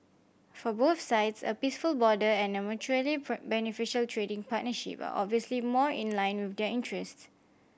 for both sides a peaceful border and a mutually beneficial trading partnership are obviously more in line with their interest